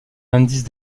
indice